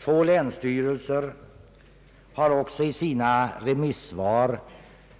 Två länsstyrelser har också i sina remissvar,